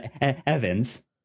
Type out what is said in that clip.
evans